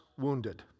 wounded